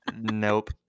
Nope